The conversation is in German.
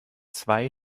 zwei